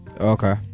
okay